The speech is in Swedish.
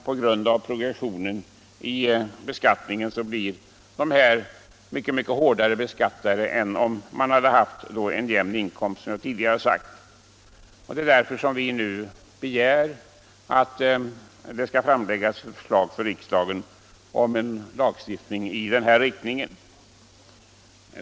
På grund av progressionen i beskattningen blir de därigenom mycket hårdare beskattade än om man hade haft en jämn inkomst. Det är därför vi nu begär att det skall framläggas för riksdagen förslag om en lagstiftning i den här riktningen.